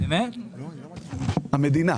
המדינה.